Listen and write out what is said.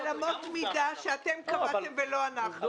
על אמות מידה שאתם קבעתם ולא אנחנו.